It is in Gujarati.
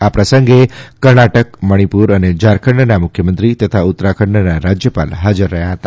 આ પ્રસંગે કર્ણાટક મણિપુર અને ઝારખંડના મુખ્યમંત્રી તથા ઉત્તરાખંડના રાજ્યપાલ હાજર રહ્યા હતા